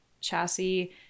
chassis